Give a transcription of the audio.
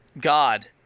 God